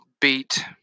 beat